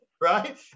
right